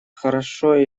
хорошо